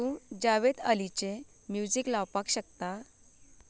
तूं जावेद अलीचें म्युजीक लावपाक शकता